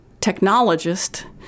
technologist